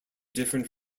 different